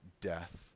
death